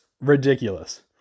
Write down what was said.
ridiculous